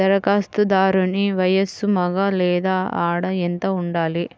ధరఖాస్తుదారుని వయస్సు మగ లేదా ఆడ ఎంత ఉండాలి?